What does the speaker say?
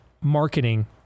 Marketing